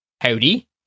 howdy